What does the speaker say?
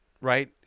right